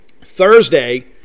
Thursday